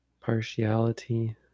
partiality